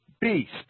beast